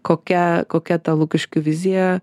kokia kokia ta lukiškių vizija